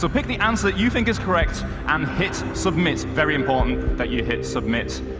so pick the answer you think is correct and hit submit. very important that you hit submit.